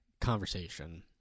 conversation